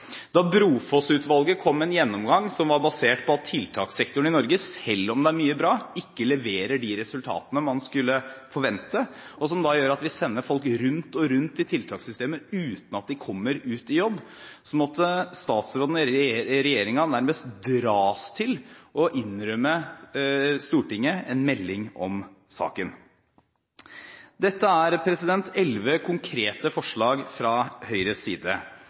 Da Brofoss-utvalget kom med en gjennomgang som var basert på at tiltakssektoren i Norge – selv om det er mye bra – ikke leverer de resultatene man skulle forvente, og som da gjør at vi sender folk rundt og rundt i tiltakssystemet uten at de kommer ut i jobb, måtte statsråden og regjeringen nærmest dras til å innrømme Stortinget en melding om saken. Dette er elleve konkrete forslag fra Høyres side.